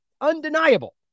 undeniable